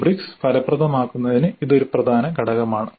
rubrics ഫലപ്രദമാക്കുന്നതിന് ഇത് ഒരു പ്രധാന ഘടകമാണ്